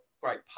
great